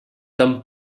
tan